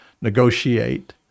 negotiate